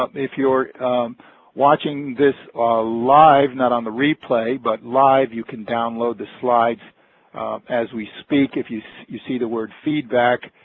um if you're watching this live, not on the replay but live, you can download the slides as we speak. if you see you see the word feedback,